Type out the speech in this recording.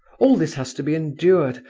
all this has to be endured,